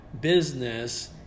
business